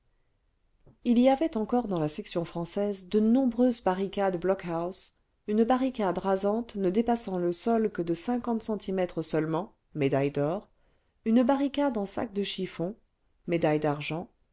il y avait encore dans la section française de nombreuses barricades blockhaus une barricade rasante ne dépassant le sol que de cinquante centimètres le torrent revolutionnaire seulement médaille d'or une barricade en sacs de chiffons